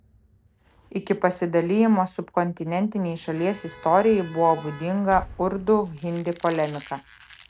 iki pasidalijimo subkontinentinei šalies istorijai buvo būdinga urdu hindi polemika